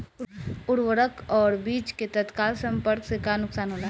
उर्वरक और बीज के तत्काल संपर्क से का नुकसान होला?